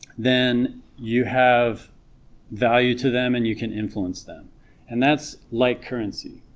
then you have value to them and you can influence them and that's like currency